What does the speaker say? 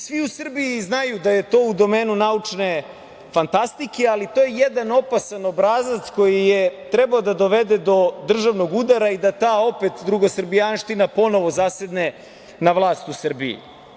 Svi u Srbiji znaju da je to u domenu naučne fantastike, ali to je jedan opasan obrazac koji je trebalo da dovede do državnog udara i da ta opet drugosrbijanština ponovo zasedne na vlast u Srbiji.